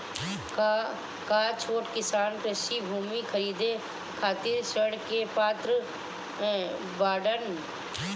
का छोट किसान कृषि भूमि खरीदे खातिर ऋण के पात्र बाडन?